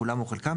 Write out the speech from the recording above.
כולם או חלקם,